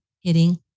hitting